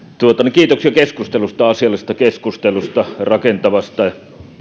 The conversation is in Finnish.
kiitoksia keskustelusta asiallisesta keskustelusta rakentavasta